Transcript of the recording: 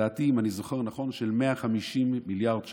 לדעתי, אם אני זוכר נכון, של 150 מיליארד שקל.